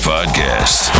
Podcast